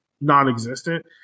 non-existent